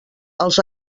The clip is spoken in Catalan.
els